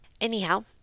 Anyhow